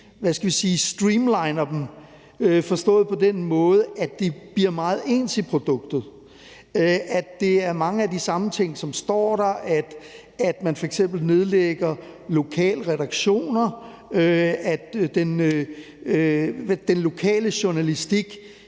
strømliner dem, forstået på den måde, at de bliver meget ens i produktet, fordi det er mange af de samme ting, som står der, at man f.eks. nedlægger lokale redaktioner, og at den lokale journalistik